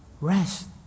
rest